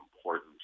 important